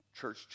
church